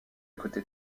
côté